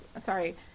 sorry